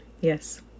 yes